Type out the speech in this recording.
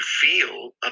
feel